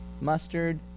mustard